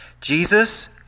Jesus